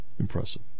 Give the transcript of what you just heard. impressive